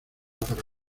para